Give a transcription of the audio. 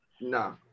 No